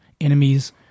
enemies